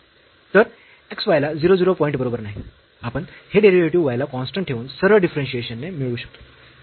तर x y ला 0 0 point बरोबर नाही आपण हे डेरिव्हेटिव्ह y ला कॉन्स्टंट ठेवून सरळ डिफरन्शियेशन ने मिळवू शकतो